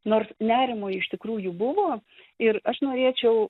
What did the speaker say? nors nerimo iš tikrųjų buvo ir aš norėčiau